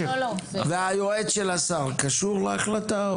והיועץ של השר קשור להחלטה?